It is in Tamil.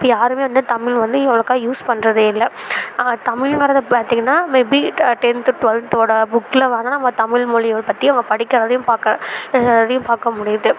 இப்போ யாரும் வந்து தமிழ் வந்து இவ்வளோக்கா யூஸ் பண்ணுறதே இல்லை ஆனால் தமிழ்னு வர்றத பார்த்தீங்கன்னா மேபி ட டென்த்து ட்வெல்த்தோடய புக்கில் வந்து நம்ம தமிழ் மொழிய பற்றி அவங்க படிக்கிறதையும் பார்க்க எழுதுறதையும் பார்க்க முடியுது